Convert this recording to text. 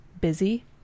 busy